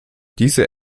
diese